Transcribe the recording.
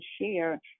share